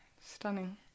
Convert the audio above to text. stunning